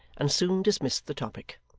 and soon dismissed the topic.